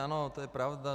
Ano, to je pravda.